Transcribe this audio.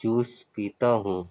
juice پیتا ہوں